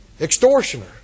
Extortioner